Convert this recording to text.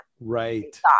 right